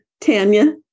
Tanya